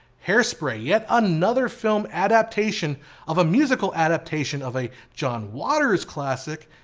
hairspray, yet another film adaptation of a musical adaptation of a john waters' classic,